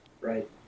right